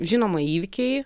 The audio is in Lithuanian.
žinoma įvykiai